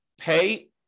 pay